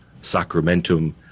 sacramentum